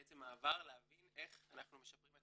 בעצם מעבר להבין איך אנחנו משפרים את